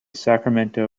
sacramento